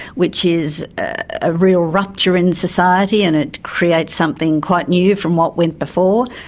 which is a real rupture in society and it creates something quite new from what went before.